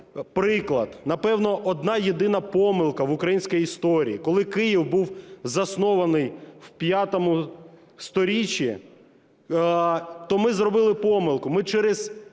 приклад, напевно, одна єдина помилка в українській історії, коли Київ був заснований в V столітті, то ми зробили помилку: